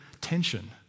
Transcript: tension